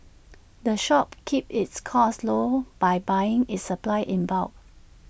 the shop keeps its costs low by buying its supplies in bulk